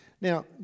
Now